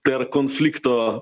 per konflikto